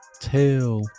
tell